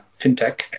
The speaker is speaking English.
fintech